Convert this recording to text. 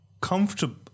comfortable